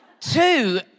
Two